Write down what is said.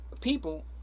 people